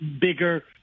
bigger